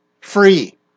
free